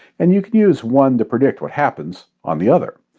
and you can use one to predict what happens on the other.